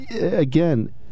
again